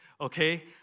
okay